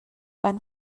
van